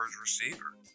receiver